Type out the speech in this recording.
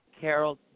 Carol